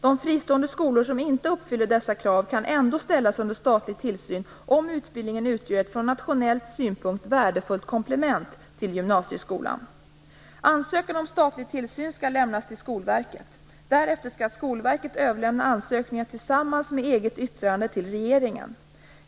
De fristående skolor som inte uppfyller dessa krav, kan ändå ställas under statlig tillsyn om utbildningen utgör ett från nationell synpunkt värdefullt komplement till gymnasieskolan. Ansökan om statlig tillsyn skall lämnas till Skolverket. Därefter skall Skolverket överlämna ansökningarna tillsammans med eget yttrande till regeringen.